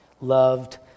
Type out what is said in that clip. loved